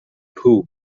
poor